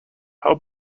how